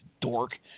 dork